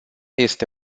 este